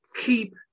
Keep